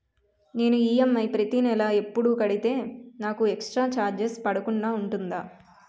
నేను ఈ.ఎం.ఐ ప్రతి నెల ఎపుడు కడితే నాకు ఎక్స్ స్త్ర చార్జెస్ పడకుండా ఉంటుంది?